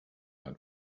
san